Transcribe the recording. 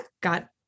got